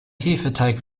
hefeteig